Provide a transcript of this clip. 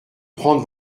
prendre